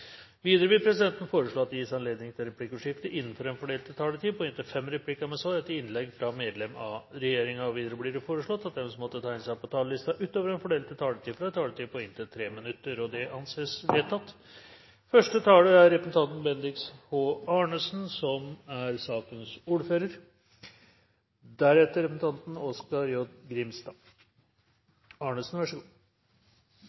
Videre vil presidenten foreslå at det gis anledning til replikkordskifte på inntil fem replikker med svar etter innlegg fra medlem av regjeringen innenfor den fordelte taletid. Videre blir det foreslått at de som måtte tegne seg på talerlisten utover den fordelte taletid, får en taletid på inntil 3 minutter. – Det anses vedtatt.